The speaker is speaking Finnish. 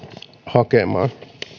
hakemaan